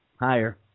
Higher